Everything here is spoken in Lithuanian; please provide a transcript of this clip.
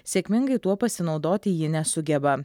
sėkmingai tuo pasinaudoti ji nesugeba